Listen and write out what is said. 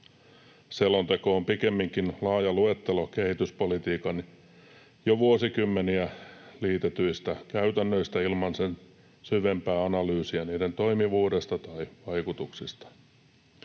Selonteko on pikemminkin laaja luettelo kehityspolitiikkaan jo vuosikymmeniä liitetyistä käytännöistä ilman sen syvempää analyysia niiden toimivuudesta tai vaikutuksista.